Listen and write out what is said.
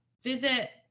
Visit